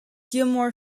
gilmour